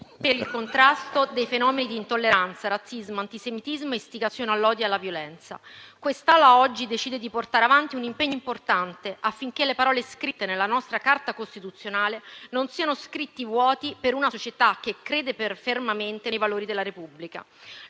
per il contrasto dei fenomeni intolleranza, razzismo, antisemitismo e istigazione all'odio e alla violenza. Quest'Assemblea oggi decide di portare avanti un impegno importante, affinché le parole della nostra Carta costituzionale non siano scritti vuoti per una società che crede per fermamente nei valori della Repubblica.